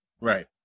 Right